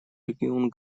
регион